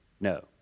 no